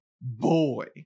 Boy